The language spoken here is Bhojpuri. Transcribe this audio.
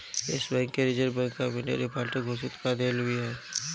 एश बैंक के reserve bank of India defaulter घोषित कअ देले बिया